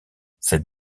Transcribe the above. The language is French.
cette